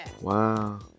Wow